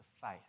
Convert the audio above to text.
faith